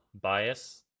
bias